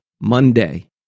Monday